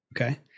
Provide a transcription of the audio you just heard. Okay